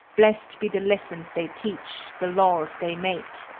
blessed be the lessons they teach, the laws they make.